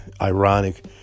ironic